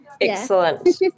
excellent